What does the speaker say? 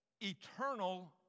eternal